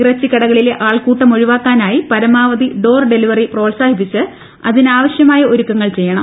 ഇറച്ചിക്കടകളിലെ ആൾക്കൂട്ടം ഒഴിവാക്കാനായി പരമാവധി ഡോർ ഡെലിവറി പ്രോത്സാഹിപ്പിച്ച് അതിനാവശ്യമായ ഒരുക്കങ്ങൾ ചെയ്യണം